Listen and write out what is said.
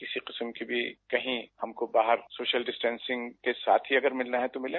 किसी किस्म भी कहीं हमको बाहर के सोशल विस्टेसिंग के साथ ही अगर मिलना है तो मिलें